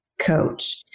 coach